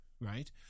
right